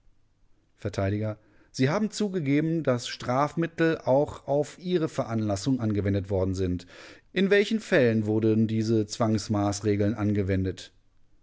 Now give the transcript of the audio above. vert sie haben zugegeben daß strafmittel auch auf ihre veranlassung angewendet worden sind in welchen fällen wurden diese zwangsmaßregeln angewendet